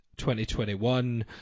2021